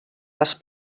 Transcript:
les